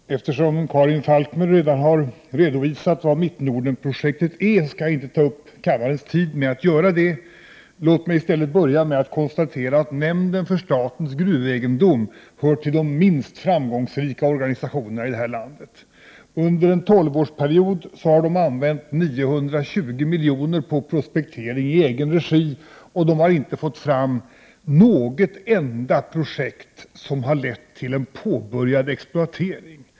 Herr talman! Eftersom Karin Falkmer redan har redovisat vad Mittnordenprojektet är, skall jag inte ta upp kammarens tid med att upprepa det. Låt mig i stället börja med att konstatera att nämnden för statens gruvegendom hör till de minst framgångsrika organisationerna i det här landet. Under en tolvårsperiod har den använt 920 miljoner till prospektering i egen regi, men den har inte fått fram något enda projekt som har lett till en påbörjad exploatering.